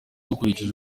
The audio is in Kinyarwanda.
dukurikije